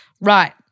Right